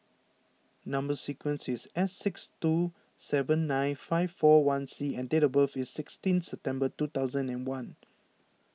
Number Sequence is S six two seven nine five four one C and date of birth is sixteen September two thousand and one